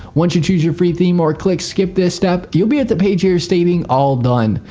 once you choose your free theme or click skip this step you'll be at the page here stating all done.